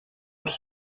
els